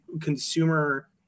consumer